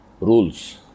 rules